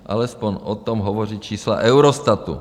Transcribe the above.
Alespoň o tom hovoří čísla Eurostatu.